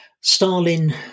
Stalin